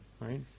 right